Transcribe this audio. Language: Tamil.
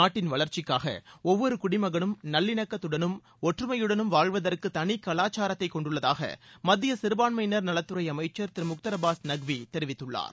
நாட்டின் வளர்ச்சிக்காக ஒவ்வொரு குடிமகலும் நல்லிணக்கத்துடனும் ஒற்றுமையுடனும் வாழ்வதற்கு தளிக் கலாச்சாரத்தைக் கொண்டுள்ளதாக மத்திய சிறுபான்மையினர் நலத்துறை அமைச்சர் திரு முக்தார் அப்பாஸ் நக்வி தெரிவித்துள்ளார்